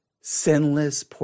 Sinless